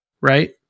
right